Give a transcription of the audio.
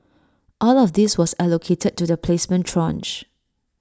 all of this was allocated to the placement tranche